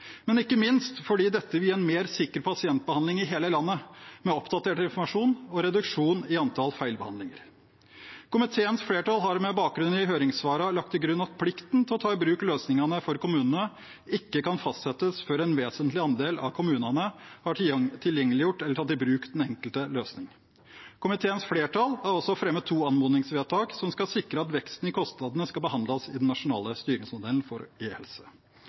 men ikke minst fordi dette vil gi en sikrere pasientbehandling i hele landet, med oppdatert informasjon og reduksjon i antall feilbehandlinger. Komiteens flertall har med bakgrunn i høringssvarene lagt til grunn at plikten for kommunene til å ta i bruk løsningene ikke kan fastsettes før en vesentlig andel av kommunene har tilgjengeliggjort eller tatt i bruk den enkelte løsning. Komiteens flertall har også fremmet to anmodningsvedtak, som skal sikre at veksten i kostnadene skal behandles i den nasjonale styringsmodellen for